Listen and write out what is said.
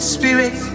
Spirit